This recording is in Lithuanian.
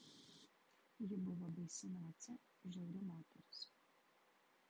ji buvo baisi nacė žiauri moteris